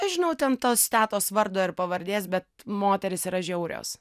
nežinau ten tos tetos vardo ir pavardės bet moterys yra žiaurios